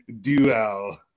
duel